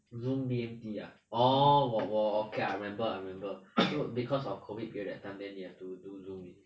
zoom B_M_T ah orh 我我 okay I remember I remember so because of COVID period that time they have to do zoom